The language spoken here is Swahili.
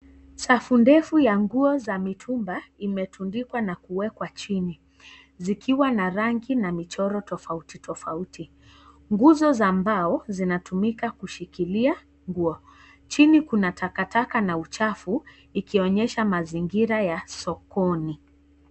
Safu ndefu ya nguo za mitumba imetundikwa na kuwekwa chini zikiwa na rangi na michoro tofauti tofauti. Zingine za mbao zinatumika kushikilia nguo. Chini kuna takataka na uchafu ikionyesha mazingira ya sokoni.